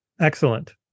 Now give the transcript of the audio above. excellent